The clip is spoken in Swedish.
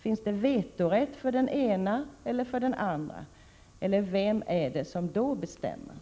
Finns det någon vetorätt för den ena eller för den andra?